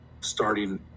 Starting